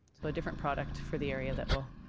so a different product for the area that will